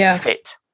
fit